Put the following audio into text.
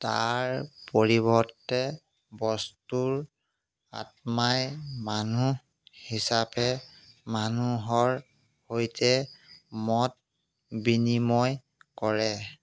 তাৰ পৰিৱৰ্তে বস্তুৰ আত্মাই মানুহ হিচাপে মানুহৰ সৈতে মত বিনিময় কৰে